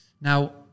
Now